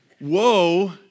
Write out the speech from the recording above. Woe